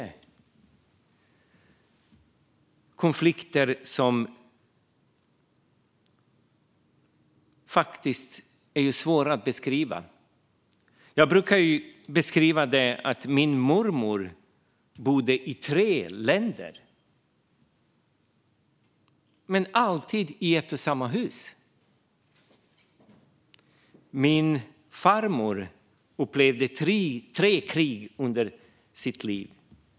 Det är konflikter som faktiskt är svåra att beskriva. Jag brukar beskriva att min mormor bodde i tre länder men alltid i ett och samma hus. Min farmor upplevde tre krig under sitt liv.